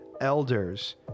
elders